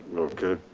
okay,